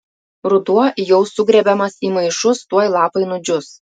ruduo jau sugrėbiamas į maišus tuoj lapai nudžius